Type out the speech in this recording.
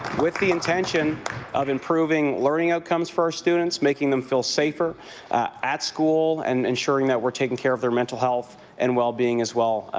with the intention of improving learning outcomes for our students, making them feel safer at school and ensuring that we're taking care of their mental health and wellbeing as well,